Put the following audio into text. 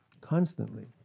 Constantly